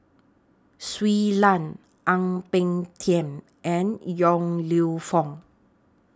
Shui Lan Ang Peng Tiam and Yong Lew Foong